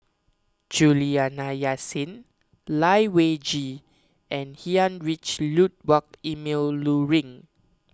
Juliana Yasin Lai Weijie and Heinrich Ludwig Emil Luering